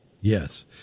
Yes